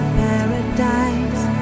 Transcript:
paradise